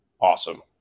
awesome